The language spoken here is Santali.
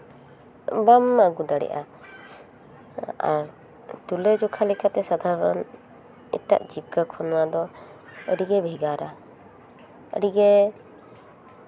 ᱵᱟᱢ ᱟᱹᱜᱩ ᱫᱟᱲᱮᱜᱼᱟ ᱟᱨ ᱛᱩᱞᱟᱹ ᱡᱚᱠᱷᱟ ᱞᱮᱠᱟᱛᱮ ᱥᱟᱫᱷᱟᱨᱚᱱ ᱮᱴᱟᱜ ᱡᱤᱵᱠᱟ ᱠᱷᱚᱱ ᱱᱚᱣᱟ ᱫᱚ ᱟᱹᱰᱤᱜᱮ ᱵᱷᱮᱜᱟᱨᱟ ᱟᱹᱰᱤᱜᱮ